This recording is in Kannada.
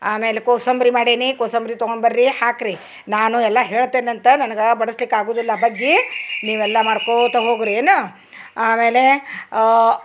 ಆಮೇಲೆ ಕೋಸಂಬರಿ ಮಾಡೇನಿ ಕೋಸಂಬರಿ ತೊಗೊಂಡ್ಬರ್ರೀ ಹಾಕ್ರಿ ನಾನು ಎಲ್ಲ ಹೇಳ್ತೆನಂತ ನನ್ಗ ಬಡಿಸ್ಲಿಕ್ಕೆ ಆಗುದಿಲ್ಲ ಬಗ್ಗಿ ನೀವೆಲ್ಲ ಮಾಡ್ಕೋತ ಹೋಗ್ರಿ ಏನು ಆಮೇಲೆ